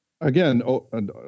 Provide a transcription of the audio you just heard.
Again